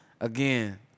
again